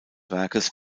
werkes